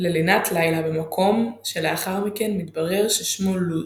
ללינת לילה במקום שלאחר מכן מתברר ששמו לוז.